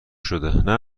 شده